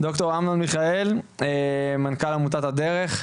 אני מבקש לדבר עם ניר שער, ממשרד הבריאות,